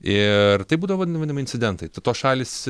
ir tai būdavo vadinami incidentai tos šalys